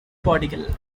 particle